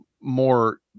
more